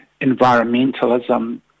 environmentalism